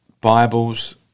Bibles